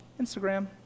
Instagram